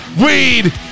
weed